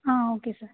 ah okay sir